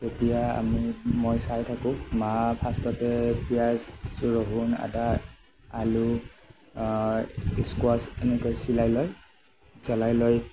তেতিয়া আমি মই চাই থাকোঁ মা ফাষ্টতে পিঁয়াজ ৰহুন আদা আলু স্কোৱাচ এনেকৈ চিলাই লৈ চেলাই লৈ